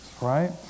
right